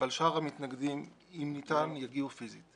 אבל שאר המתנגדים, אם ניתן, יגיעו פיסית.